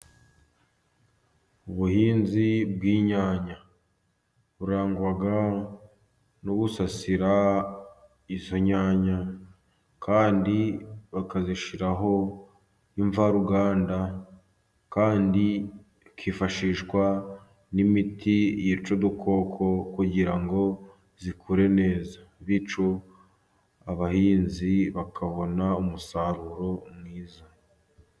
Ubuhinzi bw'inyanya burangwa no gubusasira izo nyanya kandi bakazishyiraho imvaruganda kandi hakifashishwa n'imiti yica udukoko kugira ngo zikure neza, abahinzi bakabona umusaruro mwiza.